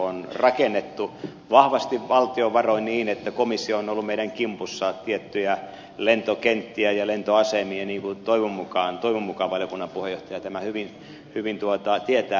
on rakennettu vahvasti valtion varoin niin että komissio on ollut meidän kimpussa tiettyjä lentokenttiä ja lentoasemia niin kuin toivon mukaan valiokunnan puheenjohtaja tämän hyvin tietää